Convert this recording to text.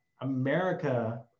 America